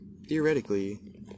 Theoretically